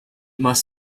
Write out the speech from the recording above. must